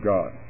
God